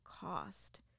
cost